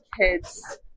kids